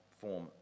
form